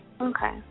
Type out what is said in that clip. Okay